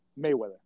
Mayweather